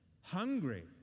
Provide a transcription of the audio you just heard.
hungry